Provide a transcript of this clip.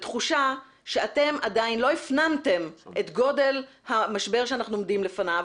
בתחושה שאתם עדיין לא הפנמתם את גודל המשבר שאנחנו עומדים לפניו